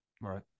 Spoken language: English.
right